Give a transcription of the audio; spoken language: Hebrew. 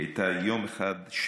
היא הייתה יום אחד.